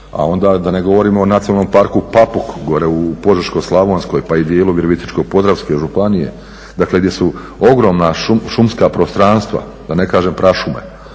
A onda da ne govorimo o Nacionalnom parku Papuk gore u Požeško-slavonskoj pa i dijelu Virovitičko-podravske županije gdje su ogromna šumska prostranstva, da ne kažem prašume,